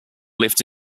lived